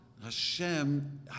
Hashem